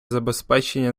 забезпечення